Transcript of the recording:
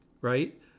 right